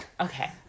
okay